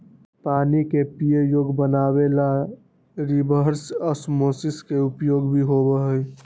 पानी के पीये योग्य बनावे ला रिवर्स ओस्मोसिस के उपयोग भी होबा हई